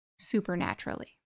supernaturally